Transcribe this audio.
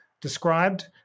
described